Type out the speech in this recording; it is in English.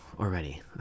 already